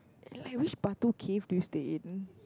like which Batu cave do you stay in